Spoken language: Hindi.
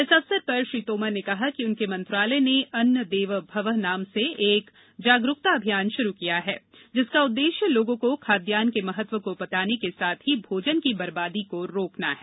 इस अवसर पर श्री तोमर ने कहा कि उनके मंत्रालय ने अन्न देव भवः नाम से एक जागरूकता अभियान शुरू किया है जिसका उद्देश्य लोगों को खाद्यान्न के महत्व को बताने के साथ ही भोजन की बरबादी को रोकना है